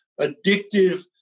addictive